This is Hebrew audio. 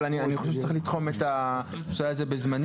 אבל אני חושב שצריך לתחום את הנושא הזה בזמנים.